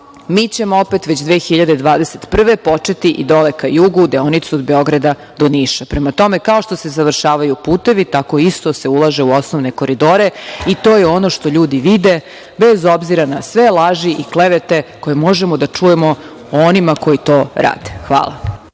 ćemo opet već 2021. godine početi i dole ka jugu deonicu od Beograda do Niša. Prema tome, kao što se završavaju putevi, tako isto se ulaže u osnovne koridore i to je ono što ljudi vide, bez obzira na sve laži i klevete koje možemo da čujemo o onima koji to rade. Hvala.